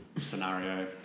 scenario